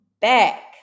back